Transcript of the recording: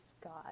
God